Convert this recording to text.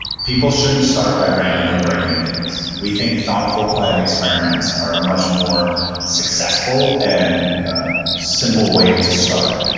people shouldn't start by randomly breaking things. we think thoughtful planned experiments are a much more successful and simple way to start.